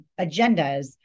agendas